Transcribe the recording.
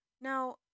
Now